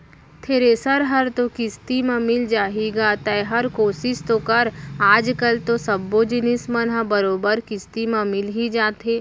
thresher हर तो किस्ती म मिल जाही गा तैंहर कोसिस तो कर आज कल तो सब्बो जिनिस मन ह बरोबर किस्ती म मिल ही जाथे